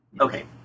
Okay